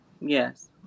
Yes